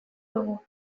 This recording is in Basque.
dugu